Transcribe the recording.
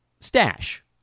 Stash